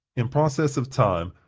in process of time,